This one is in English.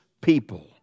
people